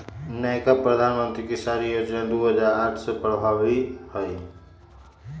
नयका प्रधानमंत्री किसान जोजना दू हजार अट्ठारह से प्रभाबी हइ